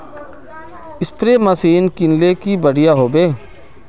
Spray machine किनले की बढ़िया होबवे?